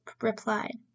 replied